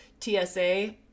TSA